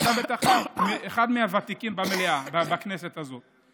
אתה אחד מהוותיקים בכנסת הזאת.